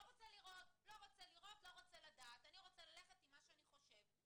אני לא רוצה לראות ולא לדעת אלא ללכת עם מה שאני חושב.